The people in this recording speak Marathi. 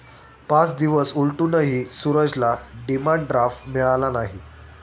पाच दिवस उलटूनही सूरजला डिमांड ड्राफ्ट मिळाला नाही